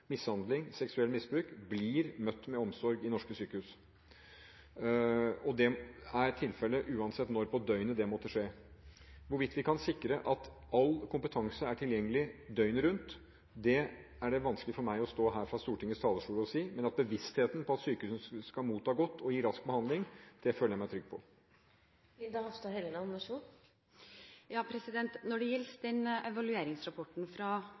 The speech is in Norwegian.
mishandling og seksuelt misbruk, blir møtt med omsorg i norske sykehus. Det er tilfellet uansett når på døgnet det måtte skje. Hvorvidt vi kan sikre at all kompetanse er tilgjengelig døgnet rundt, er det vanskelig for meg å stå her fra Stortingets talerstol og si, men at bevisstheten er høy på sykehusene om at pasientene skal mottas på en god måte og gis rask behandling, føler jeg meg trygg på.